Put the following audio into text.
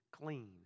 clean